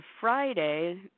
Friday